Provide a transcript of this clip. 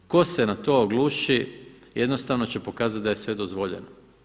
Tko se na to ogluši, jednostavno će pokazati da je sve dozvoljeno.